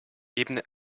ibn